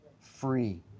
free